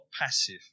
passive